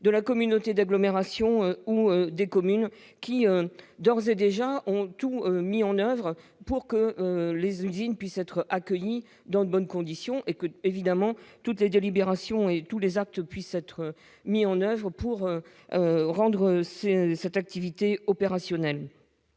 de la communauté d'agglomération ou des communes qui d'ores et déjà ont tout mis en oeuvre pour que les usines puissent être accueillis dans de bonnes conditions et que évidemment toutes les délibérations et tous les actes puissent être mis en oeuvre pour rendre ces cette activité opérationnelle.